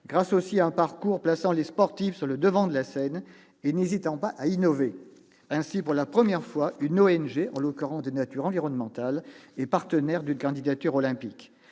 grâce aussi à un parcours plaçant les sportifs sur le devant de la scène et n'hésitant pas à innover. Ainsi, pour la première fois, une organisation non gouvernementale, une ONG- en l'occurrence, de nature environnementale -, est partenaire d'une candidature olympique.